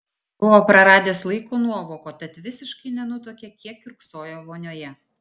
buvo praradęs laiko nuovoką tad visiškai nenutuokė kiek kiurksojo vonioje